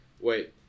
wait